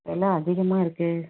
வெலை அதிகமாக இருக்கே